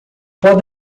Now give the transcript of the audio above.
podem